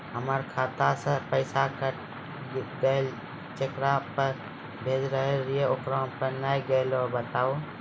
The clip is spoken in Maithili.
हमर खाता से पैसा कैट गेल जेकरा पे भेज रहल रहियै ओकरा पे नैय गेलै बताबू?